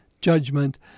judgment